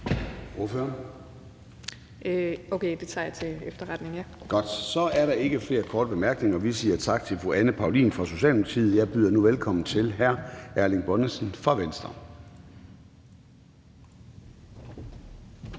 Formanden (Søren Gade): Godt, så er der ikke flere korte bemærkninger. Vi siger tak til fru Anne Paulin fra Socialdemokratiet. Jeg byder nu velkommen til hr. Erling Bonnesen fra Venstre.